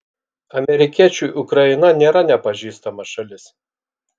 amerikiečiui ukraina nėra nepažįstama šalis